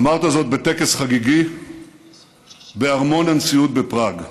אמרת זאת בטקס חגיגי בארמון הנשיאות בפראג.